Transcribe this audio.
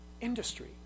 industry